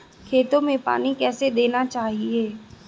खेतों में पानी कैसे देना चाहिए?